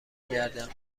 گردم